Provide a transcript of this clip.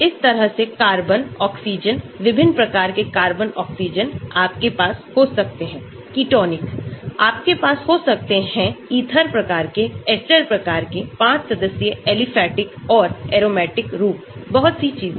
इस तरह से कार्बन ऑक्सीजन विभिन्न प्रकार के कार्बन ऑक्सीजनआपके पास हो सकते हैं केटॉनिक आपके पास हो सकते हैं ईथर प्रकार के एस्टर प्रकार के 5 सदस्यीय एलिफेटिक और एरोमेटिक रूप बहुत सी चीजें